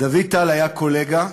דוד טל היה קולגה,